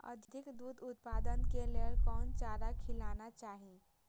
अधिक दूध उत्पादन के लेल कोन चारा खिलाना चाही?